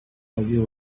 idea